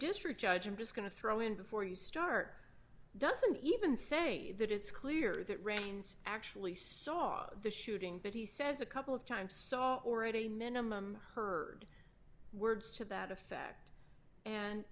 district judge i'm just going to throw in before you start doesn't even say that it's clear that raines actually saw the shooting but he says a couple of times saw already minimum heard words to that effect and